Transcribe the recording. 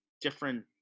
different